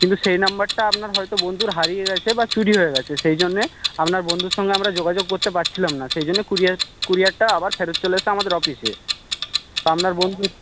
কিন্তু সেই নম্বরটা আপনার হয়তো বন্ধুর হারিয়ে গেছে বা চুরি হয়ে গেছে সেই জন্যে আপনার বন্ধুর সঙ্গে আমরা যোগাযোগ করতে পারছিলাম না সেই জন্য ক্যুরিয়ার ক্যুরিয়ারটা আবার ফেরত চলে এসছে আমাদের অফিসে আপনার বন্ধু